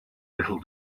little